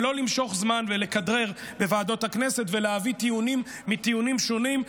ולא למשוך זמן ולכדרר בוועדות הכנסת ולהביא טיעונים מטיעונים שונים.